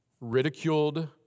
ridiculed